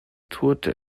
tourte